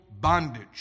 bondage